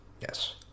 Yes